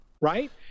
right